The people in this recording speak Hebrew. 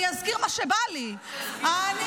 אני אזכיר מה שבא לי, אדוני.